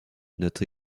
notre